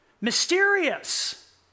Mysterious